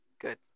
Good